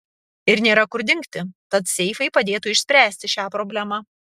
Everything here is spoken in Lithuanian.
ir nėra kur dingti tad seifai padėtų išspręsti šią problemą